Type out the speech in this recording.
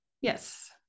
Yes